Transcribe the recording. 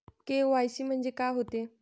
KYC म्हंनजे का होते?